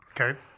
Okay